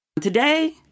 Today